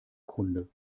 kunde